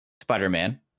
spider-man